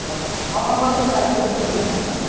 हओ नौ नंबर के साइज़ के जूते दिखाना है न